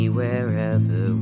wherever